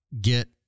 get